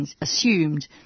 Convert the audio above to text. assumed